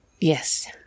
Yes